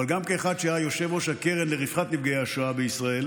אבל גם כאחד שהיה יושב-ראש הקרן לרווחת נפגעי השואה בישראל,